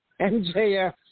MJF